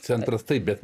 centras taip bet